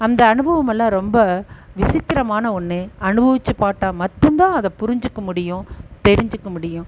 அந்த அனுபவம் எல்லாம் ரொம்ப விசித்திரமான ஒன்று அனுபவிச்சு பார்த்தா மட்டும் தான் அதை புரிஞ்சிக்க முடியும் தெரிஞ்சிக்க முடியும்